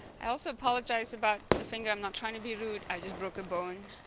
i also apologize about the finger i'm not trying to be rude i just broke a bone